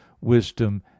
wisdom